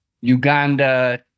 Uganda